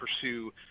pursue